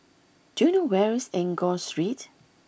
do you know where is Enggor Street